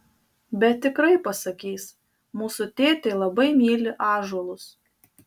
bet tikrai pasakys mūsų tėtė labai myli ąžuolus